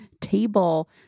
table